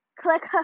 click